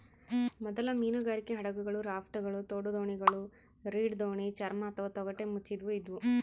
ಮೊದಲ ಮೀನುಗಾರಿಕೆ ಹಡಗುಗಳು ರಾಪ್ಟ್ಗಳು ತೋಡುದೋಣಿಗಳು ರೀಡ್ ದೋಣಿ ಚರ್ಮ ಅಥವಾ ತೊಗಟೆ ಮುಚ್ಚಿದವು ಇದ್ವು